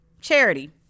Charity